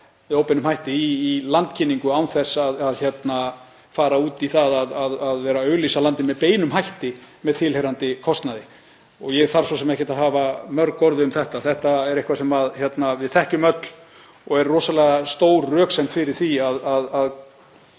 að fara út í það að vera að auglýsa landið með beinum hætti með tilheyrandi kostnaði. Ég þarf svo sem ekkert að hafa mörg orð um þetta. Þetta er eitthvað sem við þekkjum öll og er rosalega stór röksemd fyrir því, að